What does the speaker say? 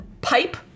pipe-